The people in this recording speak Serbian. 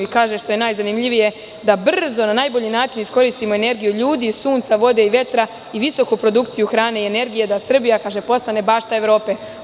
I kaže, što je najzanimljivije, da brzo na najbolji način iskoristimo energiju ljudi, sunca, vode i vetra i visoku produkciju hrane i energije, da Srbija postane bašta Evrope.